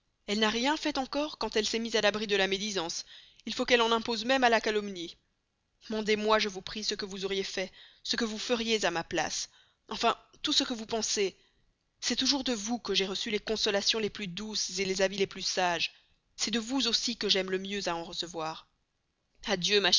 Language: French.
elle n'a rien fait encore quand elle s'est mise à l'abri de la médisance il faut qu'elle en impose même à la calomnie mandez-moi je vous prie ce que vous auriez fait ce que vous feriez à ma place enfin tout ce que vous pensez c'est toujours de vous que j'ai reçu les consolations les plus douces les avis les plus sages c'est de vous aussi que j'aime le mieux à en recevoir adieu